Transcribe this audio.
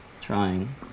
trying